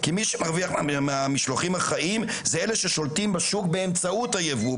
כי מי שמרוויח מהמשלוחים החיים זה אלה ששולטים בשוק באמצעות היבוא,